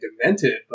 demented